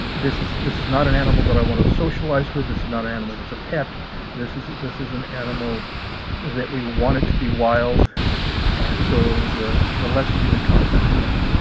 this is this is not an animal that i want to socialize with this is not an animal that's a pet this is this is an animal we want it to be wild and so the the less human contact, the better.